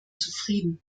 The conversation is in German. zufrieden